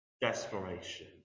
desperation